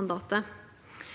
mandatets